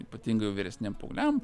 ypatingai jau vyresniem paaugliam